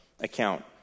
account